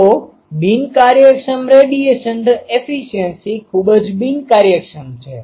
તો ઇનસેફીસીએન્ટ inefficientબિનકાર્યક્ષમ radiation efficiency ખૂબ જ ઇનસેફીસીએન્ટ છે